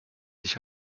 sich